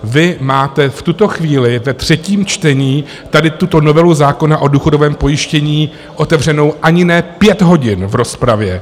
Vy máte v tuto chvíli ve třetím čtení tady tuto novelu zákona o důchodovém pojištění otevřenu ani ne pět hodin v rozpravě.